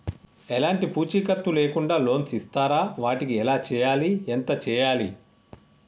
ఎలాంటి పూచీకత్తు లేకుండా లోన్స్ ఇస్తారా వాటికి ఎలా చేయాలి ఎంత చేయాలి?